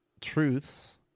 truths